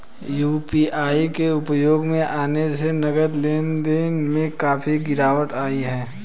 UPI के उपयोग में आने से नगद लेन देन में काफी गिरावट आई हैं